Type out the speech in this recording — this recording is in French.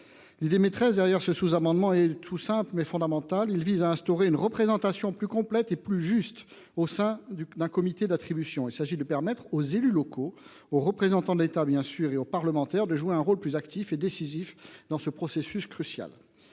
amendement vise à défendre un principe simple, mais fondamental, en instaurant une représentation plus complète et plus juste au sein du comité d’attribution. Il s’agit de permettre aux élus locaux, aux représentants de l’État et aux parlementaires de jouer un rôle plus actif et décisif dans ce processus crucial.